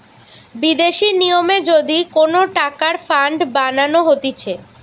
বিদেশি নিয়মে যদি কোন টাকার ফান্ড বানানো হতিছে